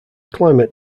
climate